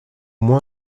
moi